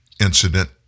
incident